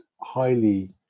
highly